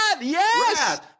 Yes